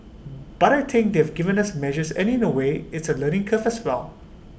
but I think they've given us measures and in A way it's A learning curve as well